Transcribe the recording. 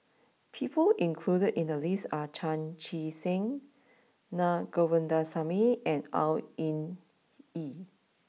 people included in the list are Chan Chee Seng Na Govindasamy and Au Hing Yee